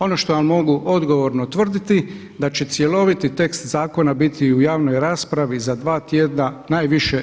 Ono što vam mogu odgovorno tvrditi da će cjeloviti tekst zakona biti u javnoj raspravi za dva tjedna najviše.